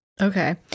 okay